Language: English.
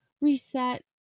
reset